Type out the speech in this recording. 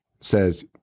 says